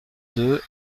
deux